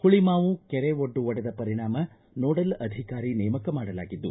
ಹುಳಮಾವು ಕೆರೆ ಒಡ್ಡು ಒಡೆದ ಪರಿಣಾಮ ನೋಡಲ್ ಅಧಿಕಾರಿ ನೇಮಕ ಮಾಡಲಾಗಿದ್ದು